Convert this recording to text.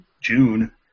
June